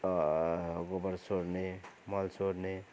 गोबर सोहोर्ने मल सोहोर्ने